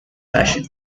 passion